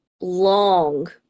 long